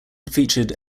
featured